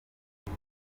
aka